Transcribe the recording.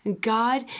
God